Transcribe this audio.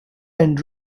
and